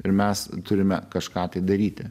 ir mes turime kažką tai daryti